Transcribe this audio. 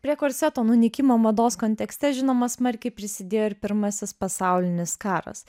prie korseto nunykimo mados kontekste žinoma smarkiai prisidėjo ir pirmasis pasaulinis karas